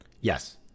Yes